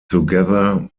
together